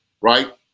right